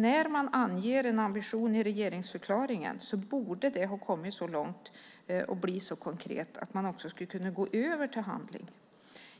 När man anger en ambition i regeringsförklaringen borde man ha kommit så långt och blivit så konkret att man kan gå över till handling.